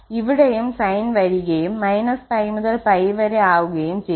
ഇവിടെയും സൈൻ വരികയും 𝜋 മുതൽ 𝜋 വരെ ആകുകയും ചെയ്യും